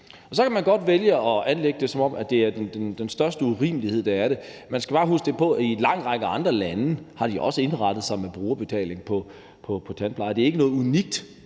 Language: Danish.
Så kan man godt vælge at anlægge det syn på det, at det er den største urimelighed, at det er sådan. Man skal bare huske på, at i en lang række andre lande har man også indrettet sig med brugerbetaling på tandpleje; det er ikke noget unikt